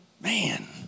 Man